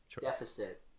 deficit